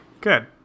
Good